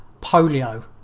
polio